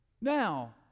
Now